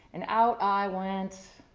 and out i went.